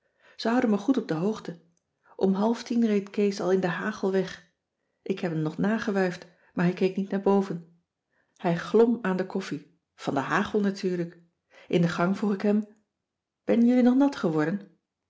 ze houden me goed op de hoogte om half tien reed kees al in den hagel weg ik heb hem nog nagewuifd maar hij keek niet naar boven hij glom aan de koffie van den hagel natuurlijk in de gang vroeg ik hem ben jullie nog nat geworden